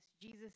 Jesus